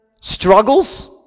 struggles